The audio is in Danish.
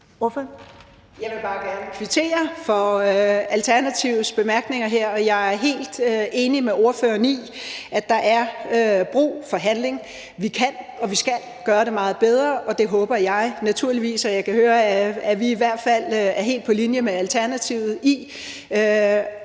Jeg vil bare gerne kvittere for Alternativets bemærkninger her, og jeg er helt enig med ordføreren i, at der er brug for handling. Vi kan og vi skal gøre det meget bedre, og det håber jeg naturligvis sker. Jeg kan høre, at vi i hvert fald er helt på linje med Alternativet i